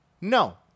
No